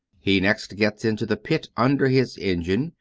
he next gets into the pit under his engine,